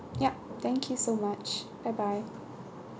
yup thank you so much bye bye